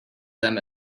them